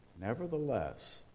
Nevertheless